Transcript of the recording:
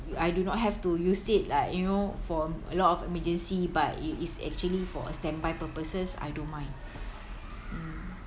I do not have to use it like you know for a lot of emergency but it is actually for a standby purposes I don't mind